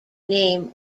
name